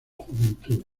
juventud